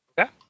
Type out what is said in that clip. Okay